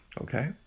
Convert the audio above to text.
okay